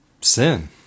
sin